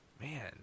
Man